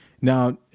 Now